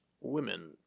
women